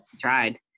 Tried